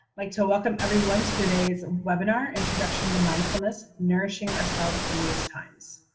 like to welcome everyone to today's webinar, introduction to mindfulness nourishing ourselves in these times.